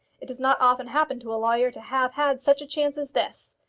it does not often happen to a lawyer to have had such a chance as this,